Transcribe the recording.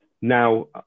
Now